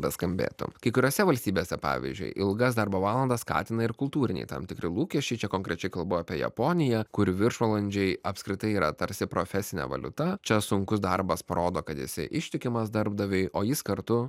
beskambėtų kai kuriose valstybėse pavyzdžiui ilgas darbo valandas skatina ir kultūriniai tam tikri lūkesčiai čia konkrečiai kalbu apie japoniją kur viršvalandžiai apskritai yra tarsi profesinė valiuta čia sunkus darbas parodo kad esi ištikimas darbdaviui o jis kartu